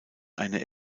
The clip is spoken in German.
eine